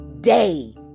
day